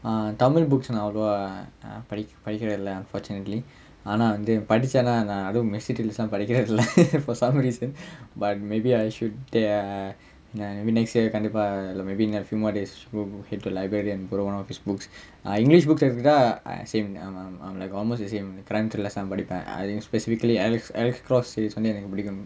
uh tamil books நா அவ்வளவா:naa avvalavaa err படிக்~ படிக்கிற இல்ல:padik~ padikkira illa unfortunately ஆனா வந்து படிச்சாலா நா அதுவும்:aanaa vanthu padichaalaa naa athuvum mysterious lah படிக்கிறது இல்ல:padikkirathu illa for some reason but maybe I should there ya maybe next year கண்டிப்பா:kandippaa maybe a few more days will head to library and borrow one of his books ah english books ah எடுத்து கிட்டா:eduthu kittaa I'm same I'm I'm I'm like almost the same crime thriller தான் படிப்பேன்:thaan padippaen specifically alex eric cross series வந்து எனக்கு புடிக்கும்:vanthu enakku pudikkum